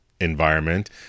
environment